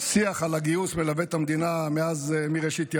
השיח על הגיוס מלווה את המדינה מראשית ימיה,